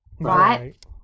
right